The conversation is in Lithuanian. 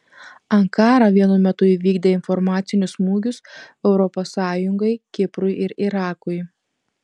ankara vienu metu įvykdė informacinius smūgius europos sąjungai kiprui ir irakui